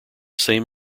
same